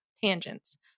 tangents